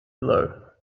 below